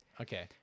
Okay